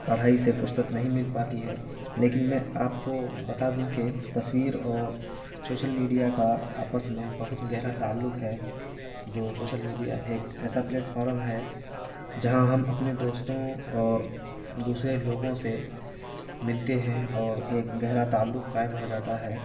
پڑھائی سے فرصت نہیں مل پاتی ہے لیکن میں آپ کو بتا دوں کہ تصویر اور شوشل میڈیا کا آپس میں بہت گہرا تعلق ہے جو شوشل میڈیا ایک ایسا پلیٹفارم ہے جہاں ہم اپنے دوستوں اور دوسرے لوگوں سے ملتے ہیں اور ایک گہرا تعلق قائم ہو جاتا ہے